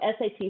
SAT